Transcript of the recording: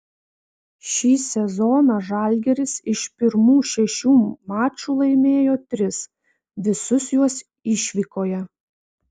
šį sezoną žalgiris iš pirmų šešių mačų laimėjo tris visus juos išvykoje